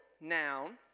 noun